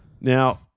Now